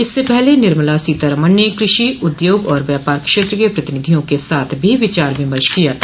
इससे पहले निर्मला सीतारमन ने कृषि उद्योग और व्यापार क्षेत्र के प्रतिनिधियों के साथ भी विचार विमर्श किया था